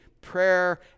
prayer